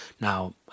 Now